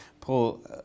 Paul